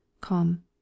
come